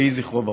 יהי זכרו ברוך.